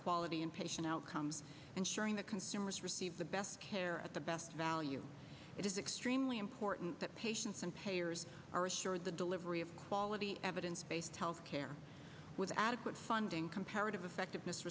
quality and patient outcomes and sharing the consumer's receive the best care at the best value it is extremely important that patients and payers are assured the delivery of quality evidence based health care with adequate funding comparative effectiveness